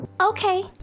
Okay